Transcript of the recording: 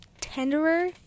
tenderer